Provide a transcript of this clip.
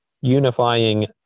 unifying